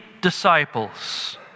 disciples